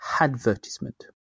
advertisement